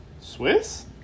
Swiss